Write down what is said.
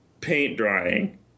paint-drying